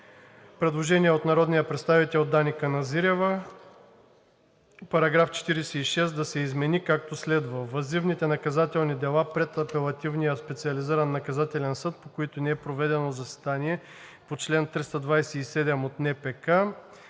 предложение от народния представител Дани Каназирева: „Параграф 46 да се измени, както следва: Въззивните наказателни дела пред Апелативния специализиран наказателен съд, по които не е проведено заседание по чл. 327 от НПК,